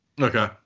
Okay